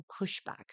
pushback